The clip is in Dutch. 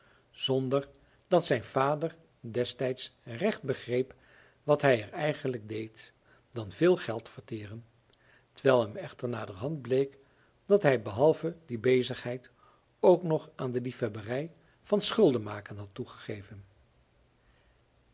zonder dat zijn vader destijds recht begreep wat hij er eigenlijk deed dan veel geld verteren terwijl hem echter naderhand bleek dat hij behalve die bezigheid ook nog aan de liefhebberij van schulden maken had toegegeven